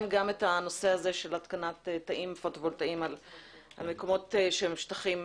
גם את הנושא הזה של התקנת תאים פוטו וולטאים במקומות שהם שטחים